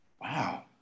wow